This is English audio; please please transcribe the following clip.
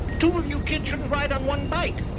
two of you kids shouldn't ride on one bike.